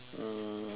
um